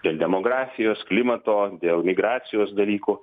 dėl demografijos klimato dėl migracijos dalykų